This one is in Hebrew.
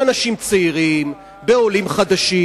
באנשים צעירים, בעולים חדשים,